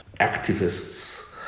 activists